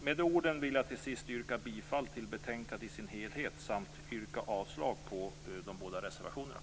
Med de orden vill jag till sist yrka bifall till hemställan i betänkandet i dess helhet samt yrka avslag på de båda reservationerna.